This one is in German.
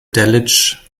delitzsch